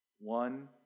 One